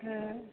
हँ